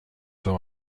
there